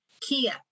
Kia